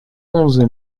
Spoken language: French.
onze